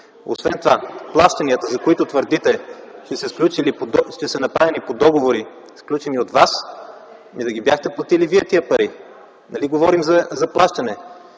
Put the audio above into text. Освен това плащанията, за които твърдите, че са направени по договор, сключени от вас – ами да ги бяхте платили вие тези пари. Нали говорим за плащане!